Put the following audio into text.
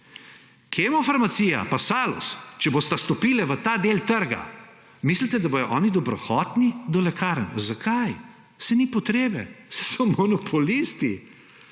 Kemofarmacija pa Salus, če bosta stopila v ta del trga, mislite, da bosta ona dobrohotna do lekarn? Zakaj? Saj ni potrebe, saj so monopolisti,